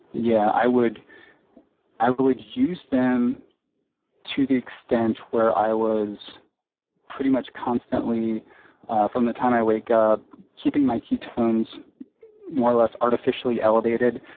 yeah, i would i would use them to the extent where i was pretty much constantly from the time i wake up keeping my ketones more or less artificially elevated.